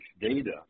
data